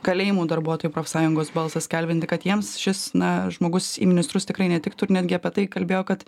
kalėjimų darbuotojų profsąjungos balsą skelbiantį kad jiems šis na žmogus į ministrus tikrai netiktų ir netgi apie tai kalbėjo kad